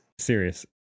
Serious